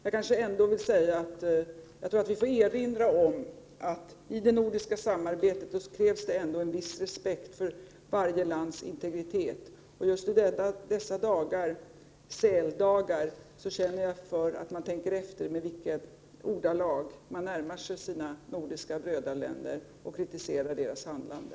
Jag tror att vi får erinra om att det i det nordiska samarbetet krävs ändå en viss respekt för varje lands integritet. Just i dessa ”säldagar” känner jag att man måste tänka efter med vilka ordalag man närmar sig sina nordiska brödraländer och kritiserar deras handlande.